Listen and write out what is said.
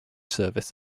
service